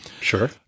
sure